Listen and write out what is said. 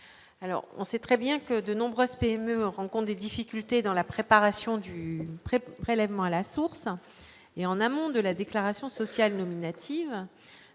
alors qu'on sait très bien que de nombreuses PME rencontre des difficultés dans la préparation du prêt prélèvement à la source et en amont de la déclaration sociale nominative